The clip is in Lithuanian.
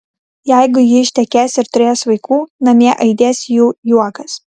jeigu ji ištekės ir turės vaikų namie aidės jų juokas